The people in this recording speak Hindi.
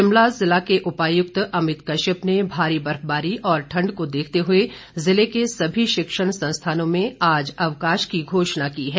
शिमला ज़िला के उपायुक्त अमित कश्यप ने भारी बर्फबारी और ठंड को देखते हुए जिले के सभी शिक्षण संस्थानों में आज अवकाश की घोषणा की है